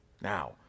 Now